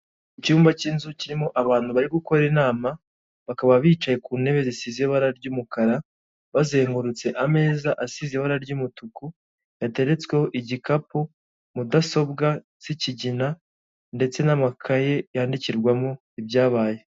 Iyi ni inzu ikodeshwa iri ahantu bita kugisozi mu mujyi wa kigali mu Rwanda bakaba bari kuvuga ngo iyi nzu irimo ibyumba bibiri kandi irimo n'ubwogero bugera kuri bubiri.